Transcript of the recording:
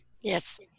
Yes